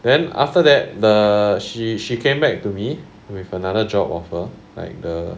then after that the she she came back to me with another job offer like the